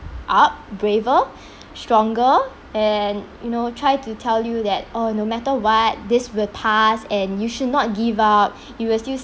up braver stronger and you know try to tell you that orh no matter what this will pass and you should not give up you will still